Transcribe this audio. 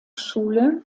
schule